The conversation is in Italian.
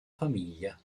famiglia